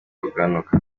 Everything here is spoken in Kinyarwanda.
bugabanuka